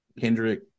Kendrick